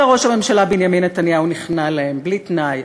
וראש הממשלה בנימין נתניהו נכנע להם בלי תנאי.